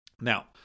Now